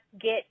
get